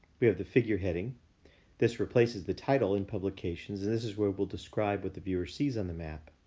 we have the figure heading this replaces the title in publications and this is where we'll describe what the viewer sees on the map.